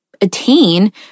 attain